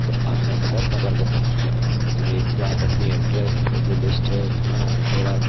तो अब मैं भरत नगर में पहुंच गया हूँ तो एक तो आप अपनी एड्रेस जो लिश्ट है उसमें आप मेरा